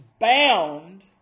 bound